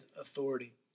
authority